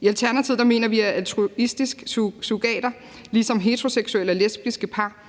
I Alternativet mener vi, at altruistiske surrogater ligesom heteroseksuelle og lesbiske par